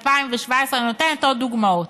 2017, אני נותנת עוד דוגמאות,